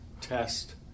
test